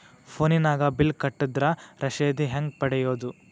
ಫೋನಿನಾಗ ಬಿಲ್ ಕಟ್ಟದ್ರ ರಶೇದಿ ಹೆಂಗ್ ಪಡೆಯೋದು?